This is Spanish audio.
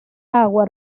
agua